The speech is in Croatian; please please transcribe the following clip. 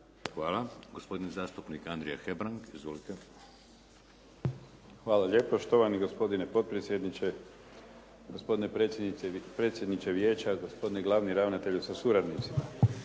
Hvala. Gospodin zastupnik Andrija Hebrang. Izvolite. **Hebrang, Andrija (HDZ)** Hvala lijepo. Štovani gospodine potpredsjedniče, gospodine predsjedniče Vijeća, gospodine glavni ravnatelju sa suradnicima.